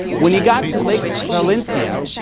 when he got to lake valencia,